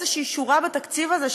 איזו שורה בתקציב הזה,